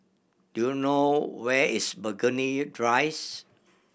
do you know where is Burgundy